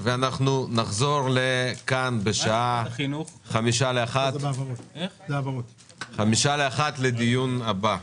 אנחנו נחזור לכאן בשעה 12:55 לדיון הבא,